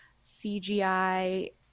cgi